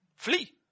Flee